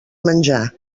menjar